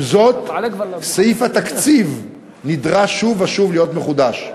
עם זאת, סעיף התקציב נדרש שוב ושוב להיות מחודש.